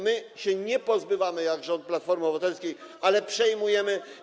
My się nie pozbywamy, jak rząd Platformy Obywatelskiej, tylko przejmujemy.